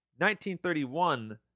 1931